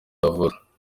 yavutse